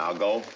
ah go